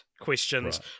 questions